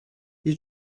you